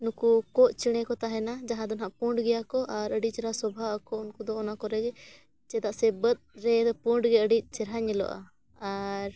ᱱᱩᱠᱩ ᱠᱚᱸᱜ ᱪᱮᱬᱮ ᱠᱚ ᱛᱟᱦᱮᱱᱟ ᱡᱟᱦᱟᱸ ᱫᱚ ᱱᱟᱦᱟᱸᱜ ᱯᱩᱸᱰ ᱜᱮᱭᱟ ᱠᱚ ᱟᱨ ᱟᱹᱰᱤ ᱪᱮᱦᱨᱟ ᱥᱚᱵᱷᱟ ᱟᱠᱚ ᱩᱱᱠᱩ ᱫᱚ ᱚᱱᱟ ᱠᱚᱨᱮ ᱜᱮ ᱪᱮᱫᱟᱜ ᱥᱮ ᱵᱟᱹᱫᱽ ᱨᱮᱫᱚ ᱯᱩᱸᱰ ᱜᱮ ᱟᱹᱰᱤ ᱪᱮᱦᱨᱟ ᱧᱮᱞᱚᱜᱼᱟ ᱟᱨ